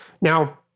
Now